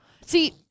See